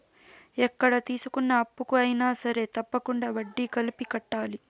ఎక్కడ తీసుకున్న అప్పుకు అయినా సరే తప్పకుండా వడ్డీ కలిపి కట్టాలి